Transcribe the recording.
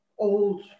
old